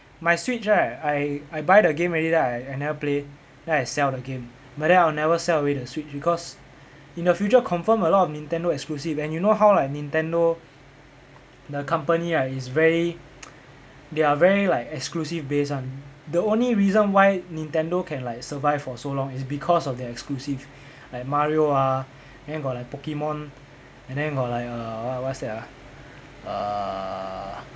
my switch right I I buy the game already then I never play then I sell the game but then I'll never sell away the switch because in the future confirm a lot of nintendo exclusive and you know how like nintendo the company right it's very they are very like exclusive based [one] the only reason why nintendo can like survive for so long is because of their exclusive like mario ah then got like pokemon and then got like err what what's that ah uh